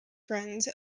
friends